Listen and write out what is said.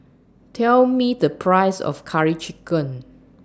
Tell Me The Price of Curry Chicken